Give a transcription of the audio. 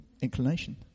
inclination